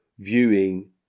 Viewing